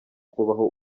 kubaho